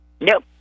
Nope